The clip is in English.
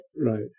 right